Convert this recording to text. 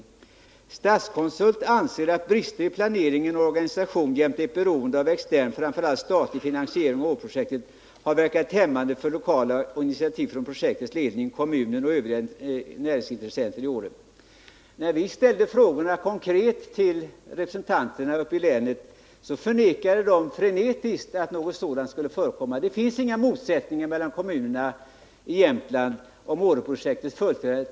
Statskonsult anser att brister i planering och organisation jämte ett beroende av extern — framför allt statlig — finansiering av Åreprojektet har verkat hämmande för lokala inititativ från projektets ledning, kommunen och övriga näringsintressenter i Åre. När vi ställde frågorna konkret till representanterna uppe i länet förnekade de frenetiskt att någonting sådant skulle förekomma. Det finns inga motsättningar mellan kommunerna i Jämtland om Åreprojektets fullföljande.